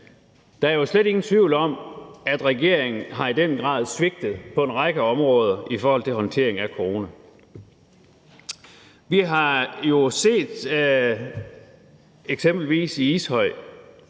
Der er jo slet ingen tvivl om, at regeringen i den grad har svigtet på en række områder i forhold til håndteringen af corona. Vi så jo eksempelvis,